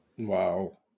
Wow